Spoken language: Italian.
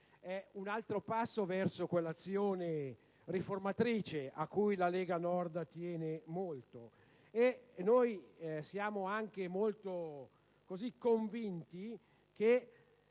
È un altro passo verso quell'azione riformatrice a cui la Lega Nord tiene molto. E noi siamo anche molto convinti che